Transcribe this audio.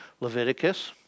Leviticus